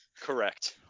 Correct